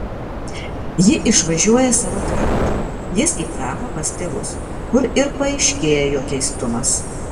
ji išvažiuoja savo traktoriumi jis į prahą pas tėvus kur ir paaiškėja jo keistumas